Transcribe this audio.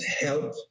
help